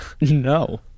No